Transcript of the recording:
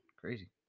Crazy